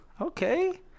Okay